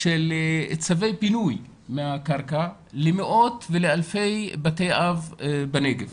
צווי פינוי מהקרקע למאות ולאלפי בתי אב בנגב